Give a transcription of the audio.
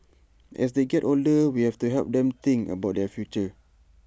as they get older we have to help them think about their future